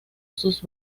sus